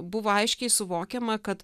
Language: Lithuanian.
buvo aiškiai suvokiama kad